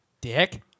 Dick